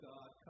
God